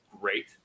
great